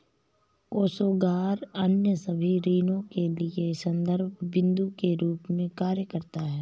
कोषागार अन्य सभी ऋणों के लिए संदर्भ बिन्दु के रूप में कार्य करता है